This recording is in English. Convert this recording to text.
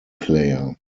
player